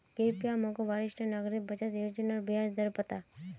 कृप्या मोक वरिष्ठ नागरिक बचत योज्नार ब्याज दर बता